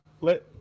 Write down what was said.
let